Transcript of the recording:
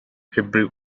hebrew